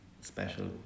special